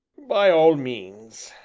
by all means,